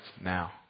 now